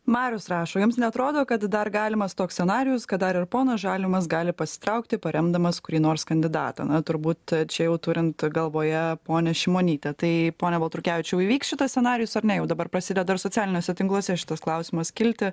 marius rašo jums neatrodo kad dar galimas toks scenarijus kad dar ir ponas žalimas gali pasitraukti paremdamas kurį nors kandidatą na turbūt čia jau turint galvoje ponią šimonytę tai pone baltrukevičiau įvyks šitas scenarijus ar ne jau dabar prasideda ir socialiniuose tinkluose šitas klausimas kilti